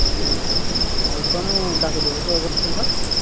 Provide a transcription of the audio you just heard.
ତୁମ ଆଉ ତୁମେ କାହାକୁ ଦେବ ତ ଏବର୍ଷ ଭୋଟ୍